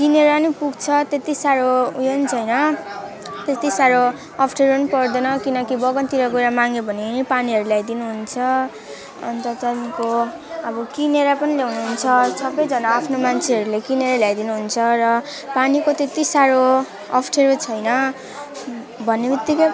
किनेर नि पुग्छ त्यति साह्रो ऊ यो नि छैन त्यति साह्रो अप्ठ्यारो नि पर्दैन किनकि बगानतिर गएर माग्यो भने नि पानीहरू ल्याइदिनुहुन्छ अन्त तपाईँको अब किनेर पनि ल्याउनुहुन्छ सबैजना आफ्नो मान्छेहरूले किनेर ल्याइदिनुहुन्छ र पानीको त्यति साह्रो अप्ठ्यारो छैन भन्नेबित्तिकै